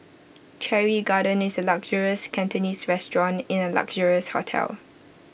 Cherry garden is A luxurious Cantonese restaurant in A luxurious hotel